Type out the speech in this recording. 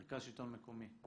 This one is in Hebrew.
מרכז שלטון מקומי.